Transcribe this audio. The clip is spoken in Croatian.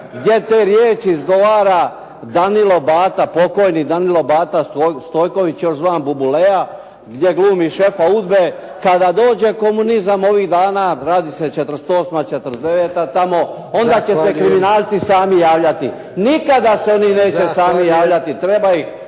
gdje te riječi izgovara Danilo Bata pokojni Stojković još zvan Bubulea gdje glumi šefa UDBA-e: "Kada dođe komunizam ovih dana" - radi se 48., 49. tamo "onda će se kriminalci sami javljati". Nikada se oni neće sami javljati, treba ih